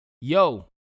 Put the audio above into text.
yo